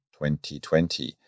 2020